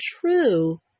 true